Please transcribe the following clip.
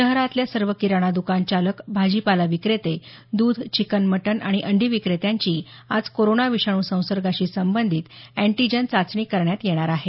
शहरातल्या सर्व किराणा दुकान चालक भाजीपाला विक्रेते दूध चिकन मटन आणि अंडी विक्रेत्यांची आज कोरोना विषाणू संसर्गाशी सबंधित अँटीजन चाचणी करण्यात येणार आहे